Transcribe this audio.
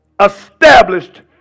established